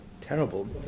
terrible